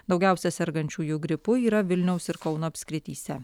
daugiausia sergančiųjų gripu yra vilniaus ir kauno apskrityse